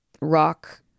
rock